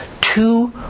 two